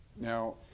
now